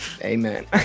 Amen